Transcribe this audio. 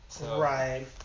Right